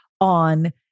on